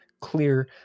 clear